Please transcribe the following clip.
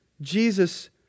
Jesus